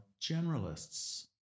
generalists